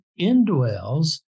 indwells